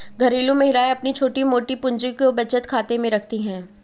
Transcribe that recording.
घरेलू महिलाएं अपनी छोटी मोटी पूंजी को बचत खाते में रखती है